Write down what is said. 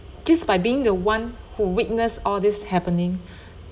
just by being the one who witness all this happening